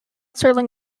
serling